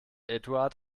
eduard